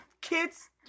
kids